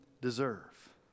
deserve